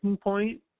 point